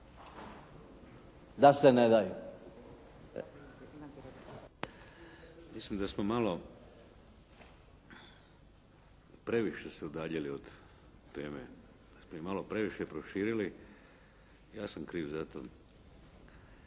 (HDZ)** Mislim da smo malo previše se udaljili od teme, da smo ju malo previše proširili. Ja sam kriv za to.